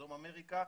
לדרום אמריקה,